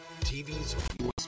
TVs